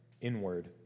inward